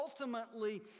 ultimately